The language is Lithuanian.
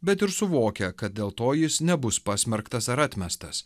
bet ir suvokia kad dėl to jis nebus pasmerktas ar atmestas